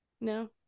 no